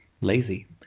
lazy